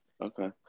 Okay